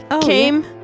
came